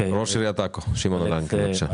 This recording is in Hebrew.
ראש עיריית עכו, שמעון לנקרי, בבקשה.